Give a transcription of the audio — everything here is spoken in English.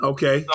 Okay